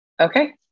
Okay